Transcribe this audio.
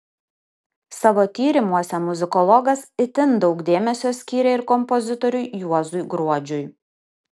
savo tyrimuose muzikologas itin daug dėmesio skyrė ir kompozitoriui juozui gruodžiui